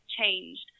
changed